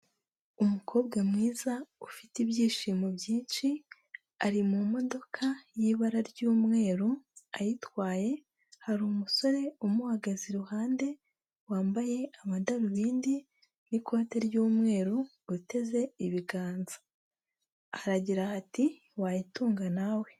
Umukobwa mwiza, ufite ibyishimo byinshi, ari mu modoka y'ibara ry'umweru ayitwaye, hari umusore umuhagaze iruhande, wambaye amadarubindi n'ikote ry'umweru, uteze ibiganza. Haragira hati "wayitunga nawe".